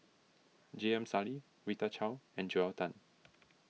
J M Sali Rita Chao and Joel Tan